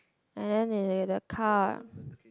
and then there's like a car